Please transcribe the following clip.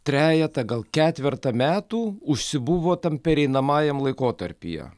trejetą gal ketvertą metų užsibuvo tam pereinamajam laikotarpyje